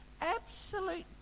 Absolute